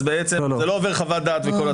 אז בעצם זה לא עובר חוות דעת וכל הדברים.